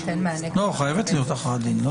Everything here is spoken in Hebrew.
חייבת להיות הכרעת דין.